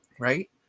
right